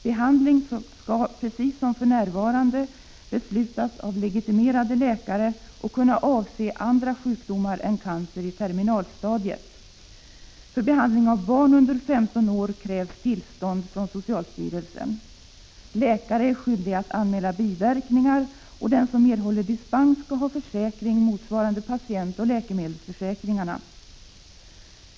Behandlingen skall, precis som för närvarande, beslutas av legitimerade läkare och kunna avse även andra sjukdomar än cancer i terminalstadiet. För behandling av barn under 15 år krävs tillstånd från socialstyrelsen. Läkare är skyldig att anmäla biverkningar, och den som erhåller dispens skall ha försäkring motsvarande patientoch läkemedelsförsäkringarna.